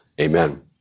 Amen